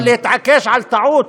אבל להתעקש על טעות?